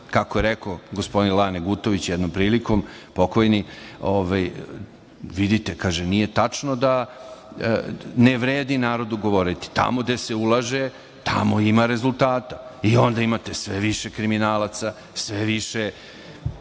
je rekao gospodin Lane Gutović jednom prilikom, pokojni, vidite, kaže, nije tačno da ne vredi narodu govoriti. Tamo gde se ulaže, tamo ima rezultata i onda imate sve više kriminalaca, sve više